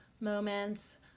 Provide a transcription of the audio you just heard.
moments